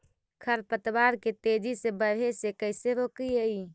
खर पतवार के तेजी से बढ़े से कैसे रोकिअइ?